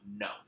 no